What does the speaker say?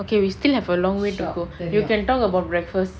okay we still have a long way to go we can talk about breakfast